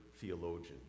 theologian